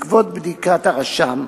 בעקבות בדיקת הרשם